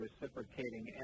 reciprocating